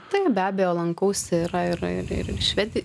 taip be abejo lankausi yra ir ir ir švedi